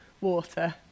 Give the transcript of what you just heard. water